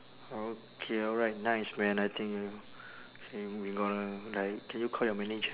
okay alright nice man I think you we we gonna like can you call your manager